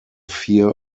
fear